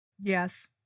Yes